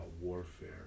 warfare